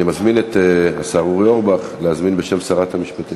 אני מזמין את השר אורי אורבך להשיב בשם שרת המשפטים.